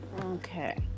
Okay